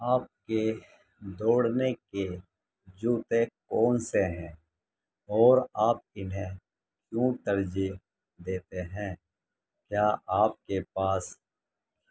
آپ کے دوڑنے کے جوتے کون سے ہیں اور آپ انہیں کیوں ترجیح دیتے ہیں کیا آپ کے پاس